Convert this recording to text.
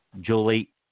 Julie